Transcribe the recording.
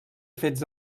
fets